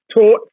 taught